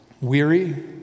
Weary